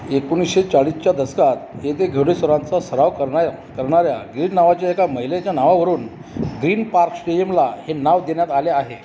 एकोणिशे चाळीच्या दशकात येथे घोडेस्वारांचा सराव करणा करणाऱ्या ग्रीन नावाच्या एका महिलेच्या नावावरून ग्रीन पार्क स्टेइमला हे नाव देण्यात आले आहे